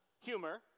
humor